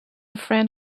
friend